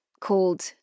called